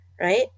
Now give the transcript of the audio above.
Right